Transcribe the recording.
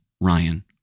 Ryan